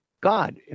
god